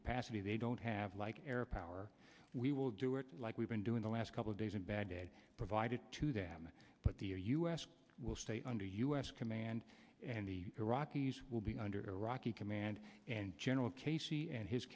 capacity they don't have like air power we will do it like we've been doing the last couple of days in baghdad provided to them but the u s will stay under u s command and the iraqis will be under iraqi command and general casey and his